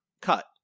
cut